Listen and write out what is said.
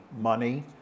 money